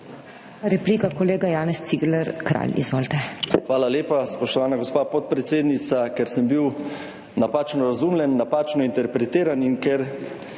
Hvala lepa, spoštovana gospa podpredsednica. Ker sem bil napačno razumljen, napačno interpretiran in ker